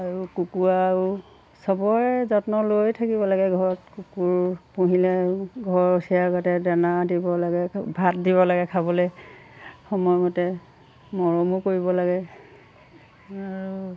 আৰু কুকুৰাও আৰু চবৰে যত্ন লৈয়ে থাকিব লাগে ঘৰত কুকুৰ পুহিলে ঘৰচীয়াগতে দানা দিব লাগে ভাত দিব লাগে খাবলৈ সময়মতে মৰমো কৰিব লাগে আৰু